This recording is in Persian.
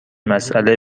مسأله